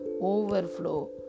overflow